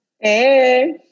hey